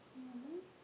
no